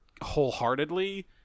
wholeheartedly